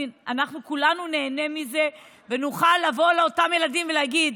כולנו ניהנה מזה ונוכל לבוא לאותם ילדים ולהגיד: